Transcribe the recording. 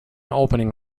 opening